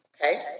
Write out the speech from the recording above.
Okay